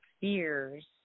fears